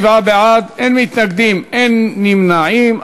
57 בעד, אין מתנגדים, אין נמנעים.